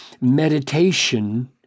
meditation